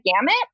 gamut